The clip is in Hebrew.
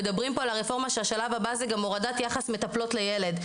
מדברים פה על הרפורמה שהשלב הבא זה גם הורדת יחס מטפלות ילד.